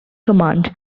command